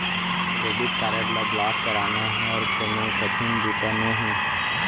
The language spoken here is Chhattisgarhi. डेबिट कारड ल ब्लॉक कराना हर कोनो कठिन बूता नोहे